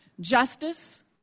Justice